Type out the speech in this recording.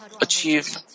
achieve